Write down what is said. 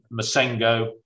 Masengo